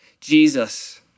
Jesus